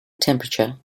temperature